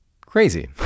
Crazy